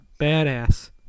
Badass